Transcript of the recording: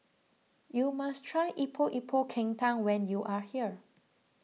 you must try Epok Epok Kentang when you are here